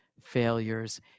failures